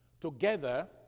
together